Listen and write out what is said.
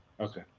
Okay